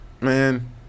Man